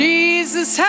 Jesus